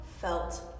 felt